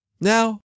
Now